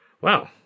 Well